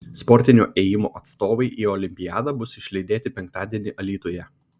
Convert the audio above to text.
sportinio ėjimo atstovai į olimpiadą bus išlydėti penktadienį alytuje